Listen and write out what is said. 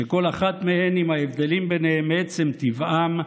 שכל אחת מהן, עם ההבדלים ביניהם מעצם טבעם,